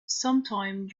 sometime